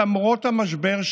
למרות המשבר,